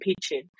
pitching